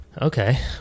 Okay